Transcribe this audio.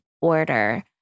order